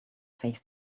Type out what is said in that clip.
face